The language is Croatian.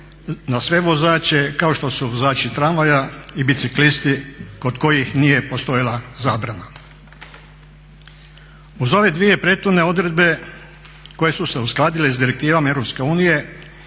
na sve vozače kao što su vozači tramvaja i biciklisti kod kojih nije postojala zabrana. Uz ove dvije prethodne odredbe koje su se uskladile s direktivama EU